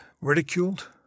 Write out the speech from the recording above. ridiculed